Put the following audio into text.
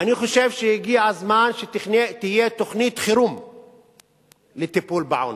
אני חושב שהגיע הזמן שתהיה תוכנית חירום לטיפול בעוני,